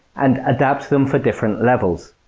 and adapt them for different levels.